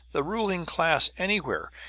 the ruling class anywhere,